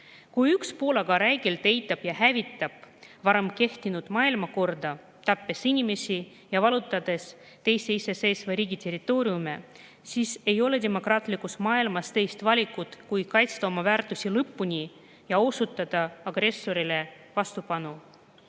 Kui üks pool aga räigelt eitab ja hävitab varem kehtinud maailmakorda, tappes inimesi ja vallutades teise iseseisva riigi territooriume, siis ei ole demokraatlikus maailmas teist valikut kui kaitsta oma väärtusi lõpuni ja osutada agressorile vastupanu.